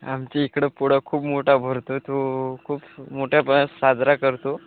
आमच्या इकडं पोळा खूप मोठा भरतो तो खूप मोठ्या साजरा करतो